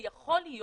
ויכול להיות